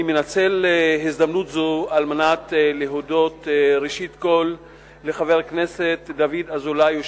אני מנצל הזדמנות זו להודות ראשית כול לחבר הכנסת דוד אזולאי,